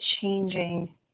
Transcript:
changing